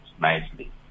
nicely